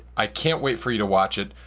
i can't wait for you to watch it.